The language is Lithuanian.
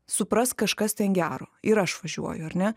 suprask kažkas ten gero ir aš važiuoju ar ne